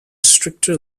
stricter